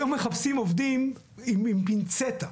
היום מחפשים עובדים עם פינצטה.